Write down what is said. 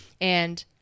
And-